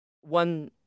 One